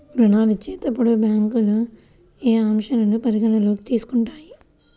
ఋణాలు ఇచ్చేటప్పుడు బ్యాంకులు ఏ అంశాలను పరిగణలోకి తీసుకుంటాయి?